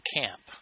camp